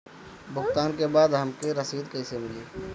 भुगतान के बाद हमके रसीद कईसे मिली?